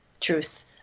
truth